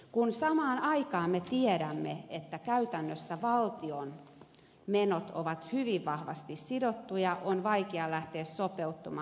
kun me samaan aikaan tiedämme että käytännössä valtion menot ovat hyvin vahvasti sidottuja on vaikea lähteä sopeuttamaan